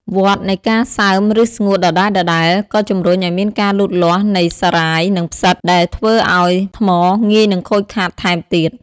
វដ្តនៃការសើមឫស្ងួតដដែលៗ ក៏ជំរុញឱ្យមានការលូតលាស់នៃសារាយ និងផ្សិត ដែលធ្វើឱ្យថ្មងាយនឹងខូចខាតថែមទៀត។